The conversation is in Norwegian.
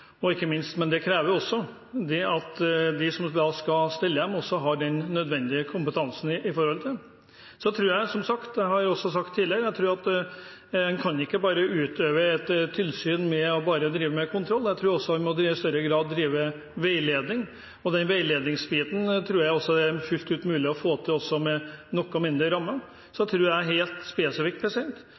ikke minst. Men det krever også at de som skal stelle dem, har den nødvendige kompetansen. Som jeg også har sagt tidligere, tror jeg at man ikke bare kan utøve et tilsyn ved bare å drive med kontroll, jeg tror man i større grad også må drive veiledning. Veiledningsbiten tror jeg det er fullt mulig å få til med noe mindre rammer. Så tror jeg helt spesifikt